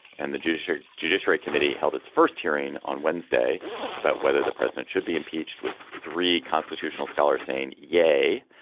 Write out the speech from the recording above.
and the judiciary judiciary committee held its first hearing on wednesday about whether the president should be impeached with three constitutional scholars saying yay!